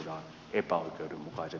arvoisa puhemies